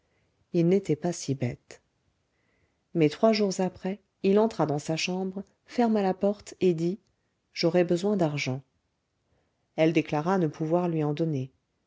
il n'était pas si bête mais trois jours après il entra dans sa chambre ferma la porte et dit j'aurais besoin d'argent elle déclara ne pouvoir lui en donner